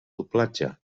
doblatge